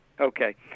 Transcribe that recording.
Okay